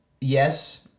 Yes